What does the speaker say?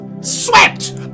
swept